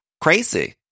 crazy